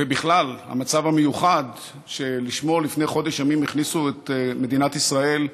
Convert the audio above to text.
ובכלל המצב המיוחד שלשמו לפני חודש ימים הכניסו את מדינת ישראל,